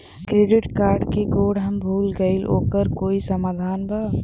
Credit card क code हम भूल गइली ओकर कोई समाधान बा?